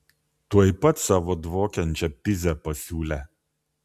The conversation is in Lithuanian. tuoj pat savo dvokiančią pizę pasiūlė